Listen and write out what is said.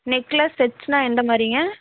necklace செட்ஸ்னால் எந்த மாதிரிங்க